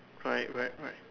right right right